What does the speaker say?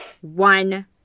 one